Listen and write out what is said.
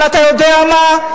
אבל אתה יודע מה,